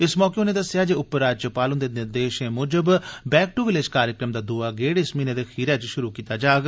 इस मौके उनें दस्सेआ जे उपराज्यपाल हुंदे निर्देशें मुजब बैक टू विलेज कार्यक्रम दा दुआ गेड़ इस म्हीनें दे अखीरै च शुरु कीता जाग